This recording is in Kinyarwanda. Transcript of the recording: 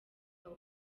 abo